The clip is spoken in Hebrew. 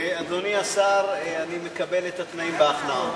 אדוני השר, אני מקבל את התנאים בהכנעה.